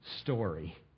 story